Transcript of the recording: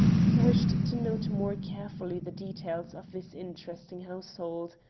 he wished to note more carefully the details of this interesting household.